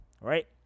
right